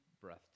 breath